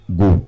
go